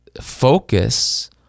focus